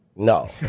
No